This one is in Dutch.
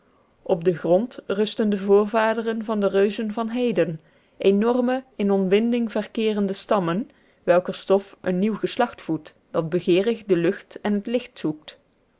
op den grond rusten de voorvaderen van de reuzen van heden enorme in ontbinding verkeerende stammen welker stof een nieuw geslacht voedt dat begeerig de lucht en het licht zoekt